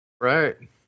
right